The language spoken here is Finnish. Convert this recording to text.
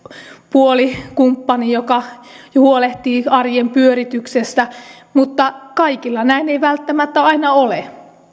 puoli kumppani joka huolehtii arjen pyörityksestä mutta kaikilla ei näin välttämättä aina ole